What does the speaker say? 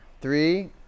three